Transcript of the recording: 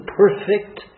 perfect